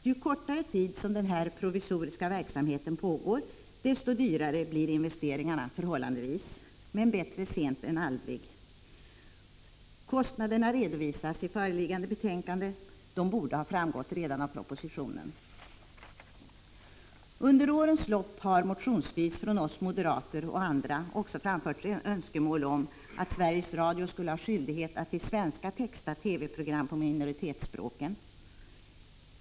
Ju kortare tid som den här provisoriska verksamheten pågår, desto dyrare blir investeringarna — förhållandevis. Men bättre sent än aldrig. Kostnaderna redovisas i föreliggande betänkande, men de borde ha framgått redan av propositionen. Under årens lopp har motionsvis från oss moderater och också från andra framförts önskemål om att Sveriges Radio skulle ha skyldighet att till svenska texta TV-program på minoritetsspråken.